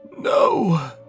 No